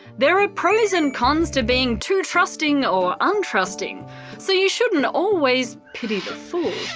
there are pros and cons to being too trusting or untrusting so you shouldn't always pity the fool.